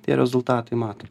tie rezultatai mato